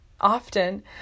often